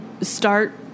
start